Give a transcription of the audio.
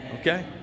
Okay